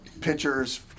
pitchers